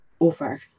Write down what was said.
over